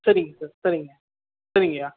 சரிங்க சார் சரிங்க சார் சரிங்க அய்யா